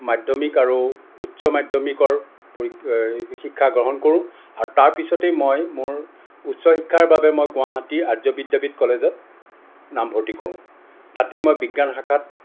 মাধ্য়মিক আৰু উচ্চ মাধ্য়মিকৰ শিক্ষা গ্ৰহণ কৰোঁ আৰু তাৰ পিছতেই মই মোৰ উচ্চ শিক্ষাৰ বাবে মই গুৱাহাটীৰ আৰ্য বিদ্য়াপীঠ কলেজত নামভৰ্তি কৰোঁ তাতেই মই বিজ্ঞান শাখাত